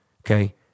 Okay